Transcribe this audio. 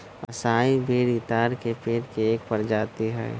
असाई बेरी ताड़ के पेड़ के एक प्रजाति हई